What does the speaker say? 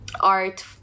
art